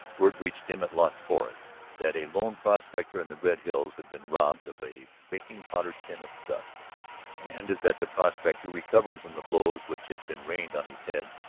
word reached him at las flores that a lone prospector in the red hills had been robbed of a baking-powder tin of dust and that the prospector, recovering from the blows which had been rained on his head,